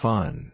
Fun